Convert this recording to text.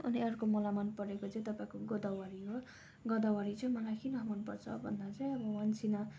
अनि आर्को मलाई मन परेको चाहिँ तपाईँको गोदावरी हो गोदावरी चाहिँ मलाई किन मन पर्छ भन्दा चाहिँ अब औँसीमा